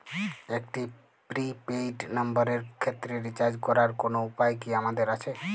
একটি prepaid নম্বরের ক্ষেত্রে রিচার্জ করার কোনো উপায় কি আমাদের আছে?